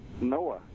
Noah